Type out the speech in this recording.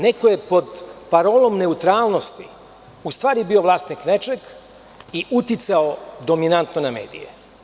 Neko je pod parolom neutralnosti u stvari bio vlasnik nečega i dominantno na medije.